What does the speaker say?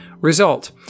result